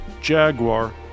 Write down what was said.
Jaguar